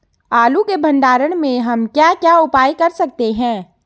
आलू के भंडारण में हम क्या क्या उपाय कर सकते हैं?